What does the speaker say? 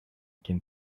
can